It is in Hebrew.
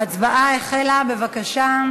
ההצבעה החלה, בבקשה.